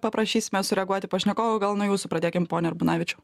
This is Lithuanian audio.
paprašysime sureaguoti pašnekovų gal nuo jūsų pradėkim pone urbonavičiau